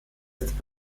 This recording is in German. ist